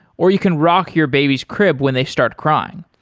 or you can rock your baby's crib when they start crying.